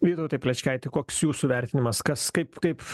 vytautai plečkaiti koks jūsų vertinimas kas kaip kaip